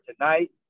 tonight